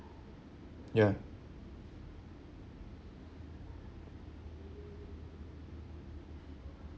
ya